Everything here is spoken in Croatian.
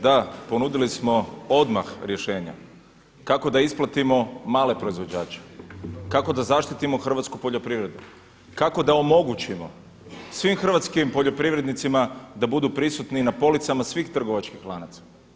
Da, ponudili smo odmah rješenje kako da odmah isplatimo male proizvođače, kako da zaštitimo hrvatsku poljoprivredu, kako da omogućimo svim hrvatskim poljoprivrednicima da budu prisutni na policama svih trgovačkih lanaca.